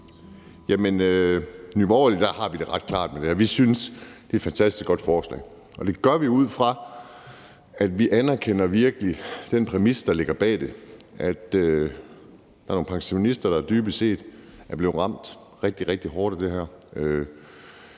Borgerlige har vi en ret klar holdning til det her. Vi synes, at det er et fantastisk godt forslag, og det gør vi, ud fra at vi virkelig anerkender den præmis, der ligger bag det, nemlig at der er nogle pensionister, der er blevet ramt rigtig, rigtig hårdt af det her.